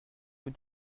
vous